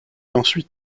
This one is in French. ensuite